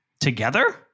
Together